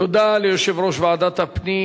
תודה ליושב-ראש ועדת הפנים